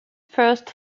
first